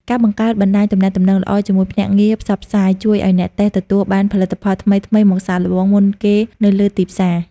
ការបង្កើតបណ្តាញទំនាក់ទំនងល្អជាមួយភ្នាក់ងារផ្សព្វផ្សាយ ជួយឱ្យអ្នកតេស្តទទួលបានផលិតផលថ្មីៗមកសាកល្បងមុនគេនៅលើទីផ្សារ។